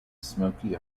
smoky